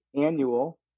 annual